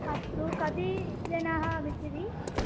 अस्तु कति जनाः आगच्छन्ति